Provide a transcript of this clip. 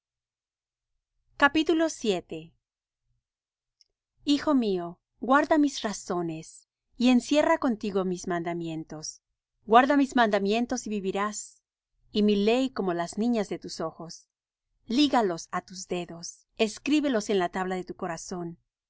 los dones hijo mío guarda mis razones y encierra contigo mis mandamientos guarda mis mandamientos y vivirás y mi ley como las niñas de tus ojos lígalos á tus dedos escríbelos en la tabla de tu corazón